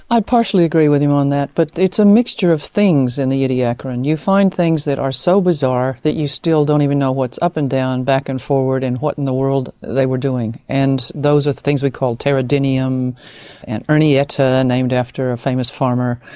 i partially agree with him on that but it's a mixture of things in the ediacaran. you find things that are so bizarre that you still don't even know what's up and down, back and forward and what in the world they were doing. and those are the things we call pteridinium and ernietta, named after a famous farmer,